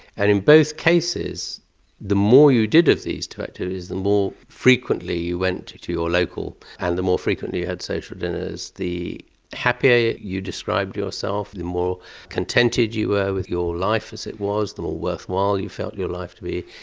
and in both cases the more you did of these two activities the more frequently you went to your local pub and the more frequently you had social dinners the happier you described yourself, the more contented you were with your life as it was, the more worthwhile you felt your life to be,